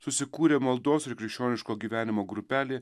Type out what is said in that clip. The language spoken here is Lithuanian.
susikūrė maldos ir krikščioniško gyvenimo grupelė